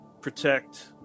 protect